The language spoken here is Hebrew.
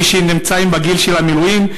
למי שנמצאים בגיל המילואים?